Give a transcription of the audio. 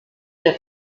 der